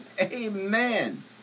amen